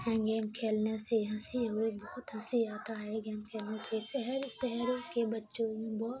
game کھیلنے سے ہنسی ہوئی بہت ہنسی آتا ہے گیم کھیلنے سے سہر شہروں کے بچوں میں بہت